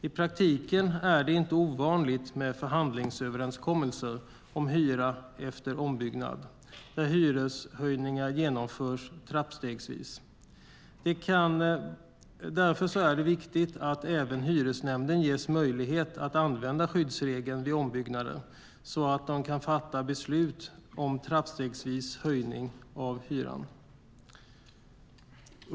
I praktiken är det inte ovanligt med förhandlingsöverenskommelser om hyra efter ombyggnad där hyreshöjningar genomförs trappstegsvis. Därför är det viktigt att även hyresnämnden ges möjlighet att använda skyddsregeln vid ombyggnader, så att de kan fatta beslut om trappstegsvis höjning av hyran.